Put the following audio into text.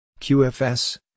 QFS